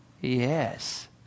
Yes